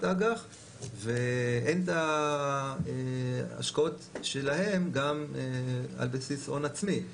אג"ח והן את ההשקעות שלהם גם על בסיס הון עצמי.